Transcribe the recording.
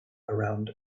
around